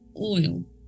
oil